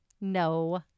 No